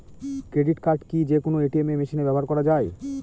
Credit card কি যে কোনো এ.টি.এম মেশিনে ব্যবহার করা য়ায়?